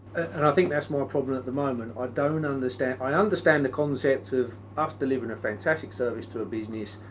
and i think that's my problem, at the moment, i don't understand, i understand the concept of us and a fantastic service to a business,